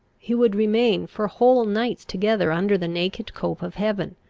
he would remain for whole nights together under the naked cope of heaven,